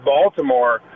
Baltimore